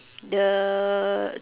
the